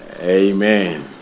amen